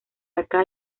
acá